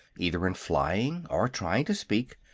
either in flying or trying to speak,